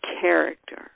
character